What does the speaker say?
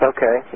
Okay